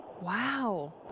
Wow